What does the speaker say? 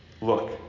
Look